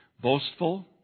boastful